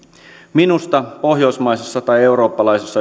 minusta pohjoismaisessa tai eurooppalaisessa